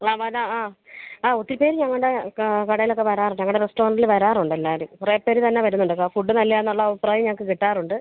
ലവന ആ ആ ഒത്തിരി പേര് ഞങ്ങളുടെ കടയിലൊക്ക വരാറ് ഞങ്ങളുടെ റെസ്റ്റോറൻ്റിൽ വരാറുണ്ടെല്ലാവരും കുറേ പേര് തന്നെ വരുന്നുണ്ടല്ലോ ഫുഡ് നല്ലതാണെന്നുള്ള അഭിപ്രായം ഞങ്ങൾക്ക് കിട്ടാറുണ്ട്